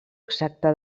exacta